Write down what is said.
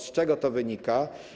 Z czego to wynika?